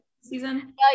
season